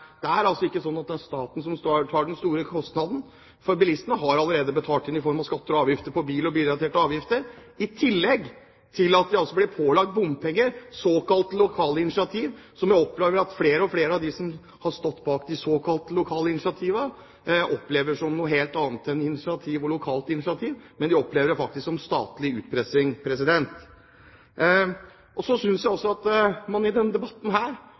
Det er altså ikke sånn at det er staten som tar den store kostnaden, for bilistene har allerede betalt inn i form av skatter og avgifter på bil og bilrelaterte avgifter, i tillegg til at de blir pålagt bompenger, såkalt lokale initiativ, som jo flere og flere av dem som har stått bak de såkalte lokale initiativene, opplever som noe helt annet enn lokale initiativ – de opplever det faktisk som statlig utpressing. Så synes jeg også at det i denne debatten, og for så vidt i den debatten